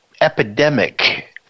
epidemic